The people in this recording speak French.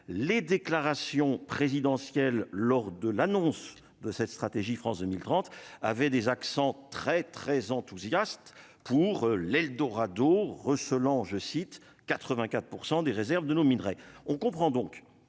les déclarations présidentielles lors de l'annonce de cette stratégie, France 2030, avait des accents très très enthousiaste pour l'eldorado Russell en je cite 84 % des réserves de nos minerais, on comprend donc